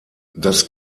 das